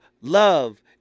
love